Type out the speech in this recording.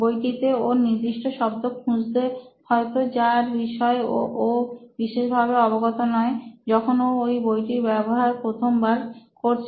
বইটিতে ও কিছু নির্দিষ্ট শব্দ খুঁজছে হয়তো যার বিষয়ে ও বিশেষভাবে অবগত নয় যখন ও ওই বইটির ব্যবহার প্রথম বার করছে